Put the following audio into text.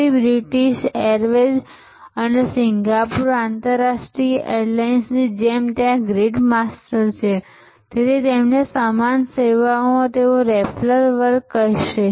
તેથી British Airways અથવા Singapore આંતરરાષ્ટ્રીય એરલાઇન્સની જેમ ત્યાં ગ્રીડ માસ્ટર છે તેથી તેમની સમાન સેવામાં તેઓ રેફલ્સ વર્ગ કહેશે